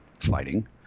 fighting